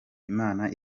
imana